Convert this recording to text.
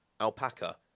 alpaca